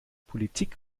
politik